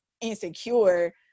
insecure